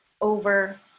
over